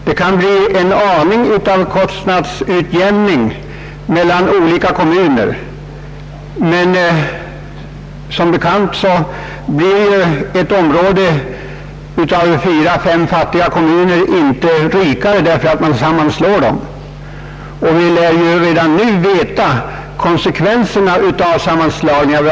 Det kan bli någon grad av kostnadsutjämning mellan olika kommuner, men som bekant blir ju fyra— fem fattiga kommuner inte rikare därför att man sammanslår dem till en kommun. Vi lär redan nu veta vilka konsekvenser sammanslagningen får.